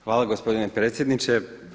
Hvala gospodine predsjedniče.